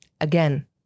Again